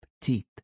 teeth